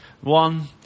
one